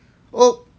oh